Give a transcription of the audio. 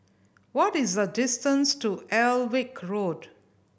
what is the distance to Alnwick Road